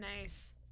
Nice